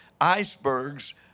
icebergs